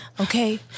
Okay